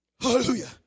Hallelujah